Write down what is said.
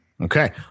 okay